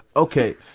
ok,